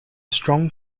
strong